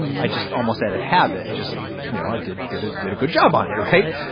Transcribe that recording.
i just almost had it habit. just, you know, i did. did it did a good job on it or hate it.